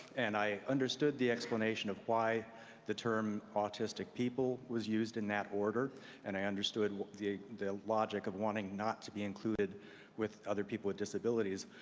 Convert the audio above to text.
and i understood the explanation of why the term autistic people was used in that order and i understood the the logic of wanting not to be included with other people with disabilities.